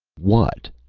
what,